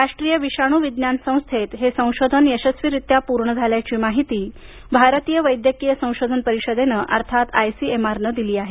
राष्ट्रीय विषाणू विज्ञान संस्थेत हे संशोधन यशस्वीरीत्या पूर्ण झाल्याची माहिती भारतीय वैद्यकिय संशोधन परिषदेनं अर्थात आयसीएमआरनं दिली आहे